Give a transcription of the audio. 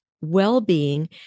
well-being